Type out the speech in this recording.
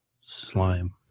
Slime